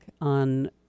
on